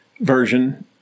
version